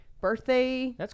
birthday